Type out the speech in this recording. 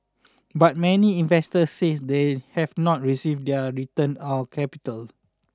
but many investors said they have not received their return or capital